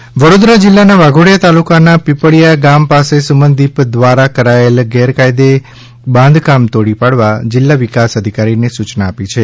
સુમનદીપ વિદ્યાપીઠ વડોદરા જિલ્લાના વાઘોડિયા તાલુકાના પીપળીયા ગામ પાસે સુમનદીપ દ્વારા કરાયેલ ગેરકાયદે બાંધકામ તોડી પાડવા જિલ્લા વિકાસ અધિકારી ને સૂચના આપી છે